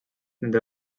nende